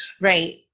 Right